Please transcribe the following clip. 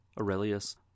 Aurelius